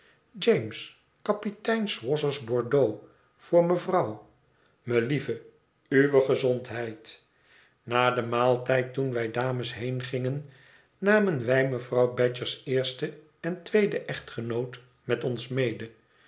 james kapitein swosser's bordeaux voor mevrouw melieve uwe gezondheid na den maaltijd toen wij dames heengingen namen wij mevrouw badger's eersten en tweeden echtgenoot met ons mede